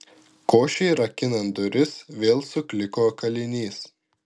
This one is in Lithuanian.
košei rakinant duris vėl sukliko kalinys